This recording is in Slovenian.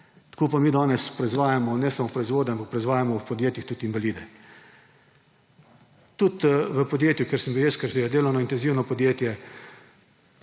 Tako pa mi danes proizvajamo ne samo proizvode, ampak proizvajamo v podjetjih tudi invalide. Tudi v podjetju, kjer sem bil jaz in ki je delovno intenzivno podjetje,